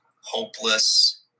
hopeless